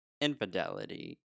infidelity